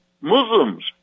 Muslims